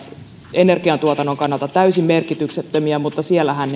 energiantuotannon kannalta täysin merkityksettömiä mutta siellähän